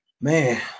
Man